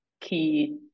key